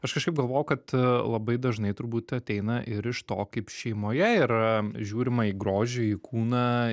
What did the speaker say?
aš kažkaip galvoju kad labai dažnai turbūt ateina ir iš to kaip šeimoje ir žiūrima į grožį į kūną